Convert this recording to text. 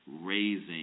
raising